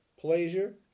pleasure